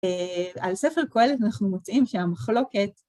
על ספר קהלת אנחנו מוצאים שהמחלוקת